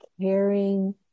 caring